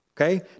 Okay